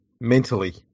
mentally